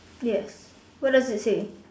yes what does it say